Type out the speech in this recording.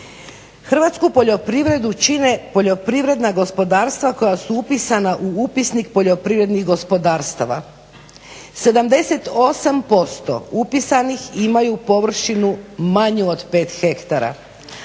Hrvatsku poljoprivredu čine poljoprivredna gospodarstva koja su upisana u upisnik poljoprivrednih gospodarstava. 78% upisanih imaju površinu manju od 5 hektara,